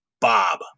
Bob